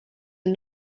and